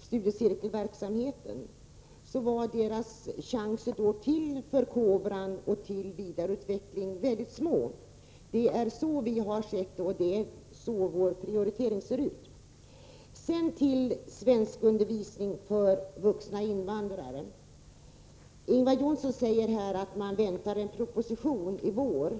studiecirkelverksamhet vore chanserna till förkovran och vidareutbildning mycket små. Det är så vi har sett på detta, och det är så vår prioritering ser ut. När det gäller svenskundervisning för vuxna invandrare säger Ingvar Johnsson att man väntar en proposition i vår.